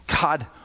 God